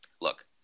look